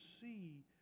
see